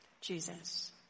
Jesus